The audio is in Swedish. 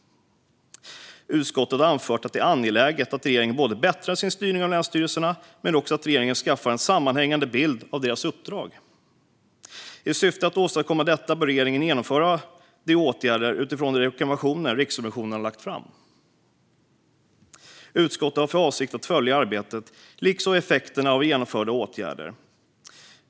Utskottet har anfört att det är angeläget att regeringen både bättrar sin styrning av länsstyrelserna och att regeringen skaffar en sammanhängande bild av deras uppdrag. I syfte att åstadkomma detta bör regeringen genomföra åtgärder utifrån de rekommendationer som Riksrevisionen har lagt fram. Utskottet har för avsikt att följa arbetet liksom effekterna av genomförda åtgärder.